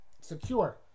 secure